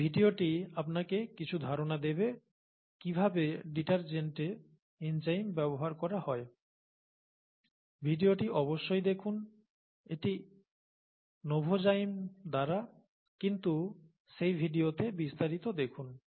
এই ভিডিওটি আপনাকে কিছু ধারণা দেবে কিভাবে ডিটারজেন্টে এনজাইম ব্যবহার করা হয় ভিডিওটি অবশ্যই দেখুন এটি নোভোজাইম দ্বারা কিন্তু সেই ভিডিওতে বিস্তারিত দেখুন